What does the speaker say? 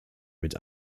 mit